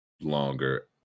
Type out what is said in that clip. longer